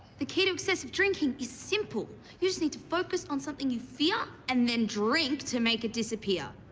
the key to excessive drinking is simple you just need to focus on something you fear and then drink to make it disappear.